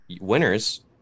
winners